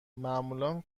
معمولا